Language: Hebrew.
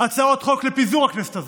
הצעות חוק לפיזור הכנסת הזאת.